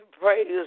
praise